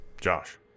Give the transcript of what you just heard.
Josh